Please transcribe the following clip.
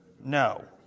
No